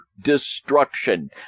destruction